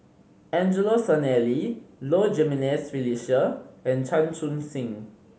Angelo Sanelli Low Jimenez Felicia and Chan Chun Sing